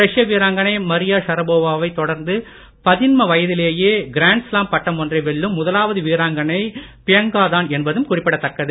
ரஷ்ய வீராங்கனை Maria Sharapova வைத் தொடர்ந்து பதின்ம வயதிலேயே கிராண்ட் ஸ்லாம் பட்டம் ஒன்றை வெல்லும் முதலாவது வீராங்கனை பியங்கா தான் என்பதும் குறிப்பிடத்தக்கது